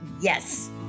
Yes